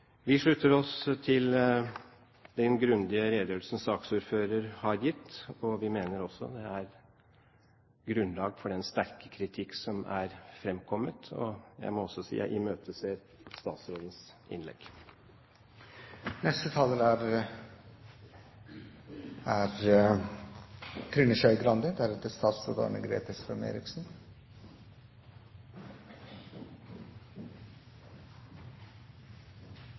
Vi slutter oss til den grundige redegjørelsen saksordføreren har gitt. Vi mener det er grunnlag for den sterke kritikk som er fremkommet, og jeg må også si jeg imøteser statsrådens innlegg. Vi i Venstre støtter alt som er